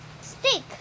stick